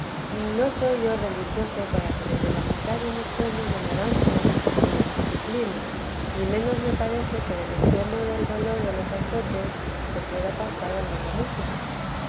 no soy yo religioso para que desde la mitad de mi sueño me levante y me dicipline ni menos me parece que del estremo del dolor de los azotes se pueda pasar al de la música